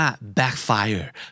backfire